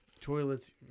toilets